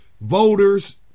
voters